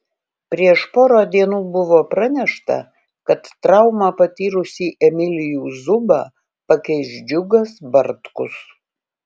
prieš porą dienų buvo pranešta kad traumą patyrusį emilijų zubą pakeis džiugas bartkus